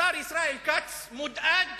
השר ישראל כץ מודאג